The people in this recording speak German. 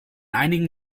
einigen